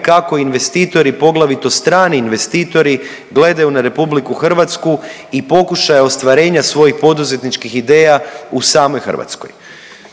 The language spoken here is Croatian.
kako investitori, poglavito strani investitori gledaju na RH i pokušaje ostvarenja svojih poduzetničkih ideja u samoj Hrvatskoj.